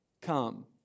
come